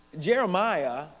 Jeremiah